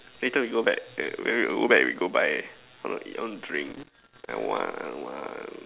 later we go back eh when we go back we go buy I want to drink I want I want